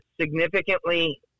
significantly